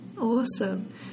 Awesome